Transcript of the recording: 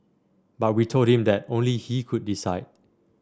but we told him that only he could decide